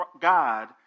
God